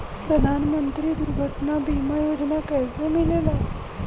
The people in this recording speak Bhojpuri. प्रधानमंत्री दुर्घटना बीमा योजना कैसे मिलेला?